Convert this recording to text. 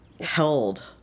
held